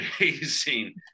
amazing